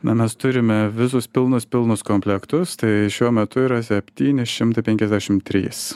mes turime visus pilnas pilnus komplektus tai šiuo metu yra septyni šimtai penkiasdešimt trys